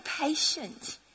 patient